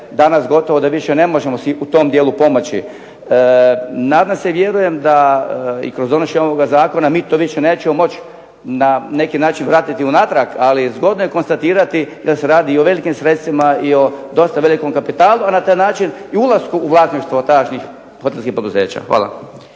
danas gotovo da više ne možemo si u tom dijelu pomoći. Nadam se, vjerujem da i kroz donošenje ovoga zakona mi to više nećemo moći na neki način vratiti unatrag, ali zgodno je konstatirati da se radi o velikim sredstvima i o dosta velikom kapitalu, a na taj način i ulasku u vlasništvo tadašnjih hotelskih poduzeća. Hvala.